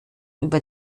über